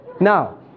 Now